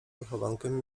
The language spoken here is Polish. wychowankiem